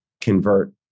convert